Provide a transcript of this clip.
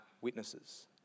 witnesses